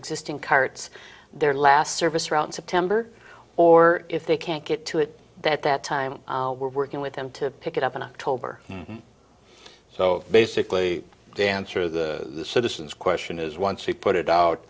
existing carts their last service around september or if they can't get to it that that time we're working with them to pick it up in october so basically dancer the citizen's question is once he put it out